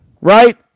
right